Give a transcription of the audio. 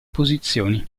posizioni